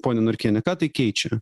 pone norkiene ką tai keičia